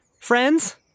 friends